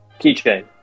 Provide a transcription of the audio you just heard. Keychain